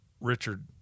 Richard